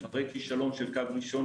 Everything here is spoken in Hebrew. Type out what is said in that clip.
אחרי כישלון של קו ראשון,